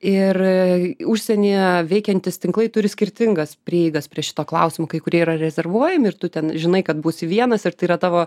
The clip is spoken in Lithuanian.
ir užsienyje veikiantys tinklai turi skirtingas prieigas prie šito klausimo kai kurie yra rezervuojami ir tu ten žinai kad būsi vienas ir tai yra tavo